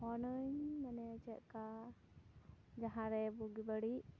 ᱯᱷᱳᱱᱟᱹᱧ ᱢᱟᱱᱮ ᱪᱮᱫᱞᱮᱠᱟ ᱡᱟᱦᱟᱸ ᱨᱮ ᱵᱩᱜᱮ ᱵᱟᱹᱲᱤᱡ